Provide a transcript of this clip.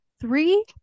three